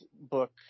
book